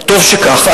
טוב שכך.